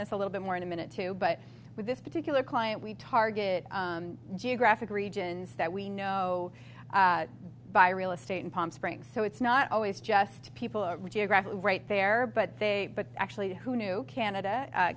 this a little bit more in a minute too but with this particular client we target geographic regions that we know by real estate in palm springs so it's not always just people are geographically right there but they but actually who knew canada